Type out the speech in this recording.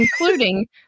including